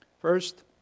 First